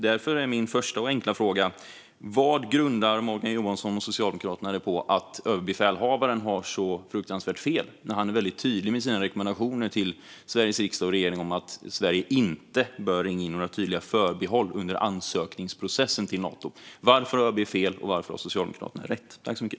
Därför är min första och enkla fråga: Vad är Morgan Johanssons och Socialdemokraternas grund för att överbefälhavaren har så fruktansvärt fel när han är väldigt tydlig med sina rekommendationer till Sveriges riksdag och regering om att Sverige inte bör ringa in några tydliga förbehåll under ansökningsprocessen till Nato? Varför har ÖB fel och Socialdemokraterna rätt?